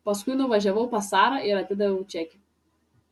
paskui nuvažiavau pas sarą ir atidaviau čekį